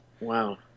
Wow